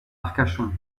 arcachon